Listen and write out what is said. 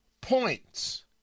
points